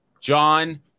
John